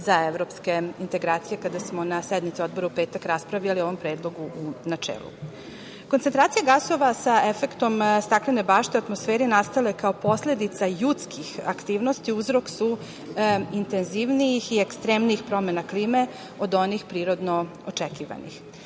za evropske integracije kada smo na sednici u petak raspravljali o ovom predlogu u načelu. Koncentracija gasova sa efektom staklene bašte u atmosferi nastala je kao posledica ljudskih aktivnosti, uzrok su intenzivnijih i ekstremnijih promena klime od onih prirodno očekivanih.